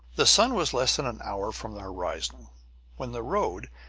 the sun was less than an hour from the horizon when the road,